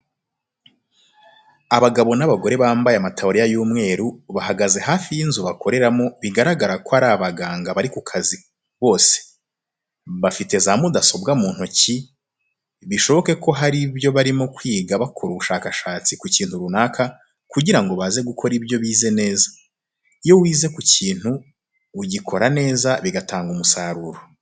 Abagabo n'abagore bambaye amataburiya y'umweru, bahagaze hafi y'inzu bakoreramo bigaragara ko ari abaganga bari ku kazi bose, bafite za mudasobwa mu ntoki bishoboke ko hari byo barimo kwiga bakora ubushakashatsi ku kintu runaka kugira ngo baze gukora ibyo bize neza. Iyo wize ku kintu ugikora neza bigatanga umusaruro.